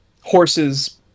horses